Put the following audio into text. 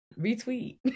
retweet